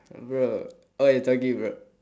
bro oh it's okay bro